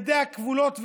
ידיה כבולות,